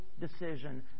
decision